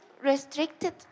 restricted